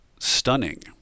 stunning